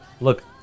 Look